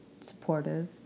supportive